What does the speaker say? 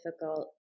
difficult